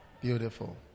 Beautiful